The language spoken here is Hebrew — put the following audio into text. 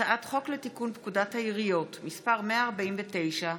הצעת חוק לתיקון פקודת העיריות (מס' 149)